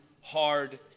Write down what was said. hard